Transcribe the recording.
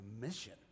mission